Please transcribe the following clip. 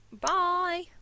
Bye